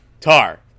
Tar